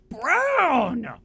Brown